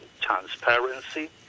transparency